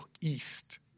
EAST